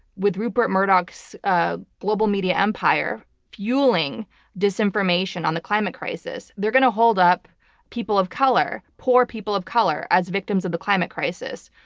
with rupert murdoch's ah global media empire fueling disinformation on the climate crisis, they're going to hold up people of color, poor people of color, as victims of the climate crisis,